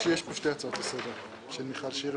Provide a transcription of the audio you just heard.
לעיר נהריה.